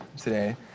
today